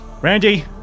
Randy